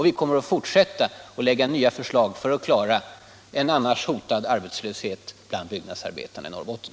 Vi kommer att fortsätta med det och lägga fram nya förslag för att undvika en annars hotande arbetslöshet bland byggnadsarbetarna i Norrbotten.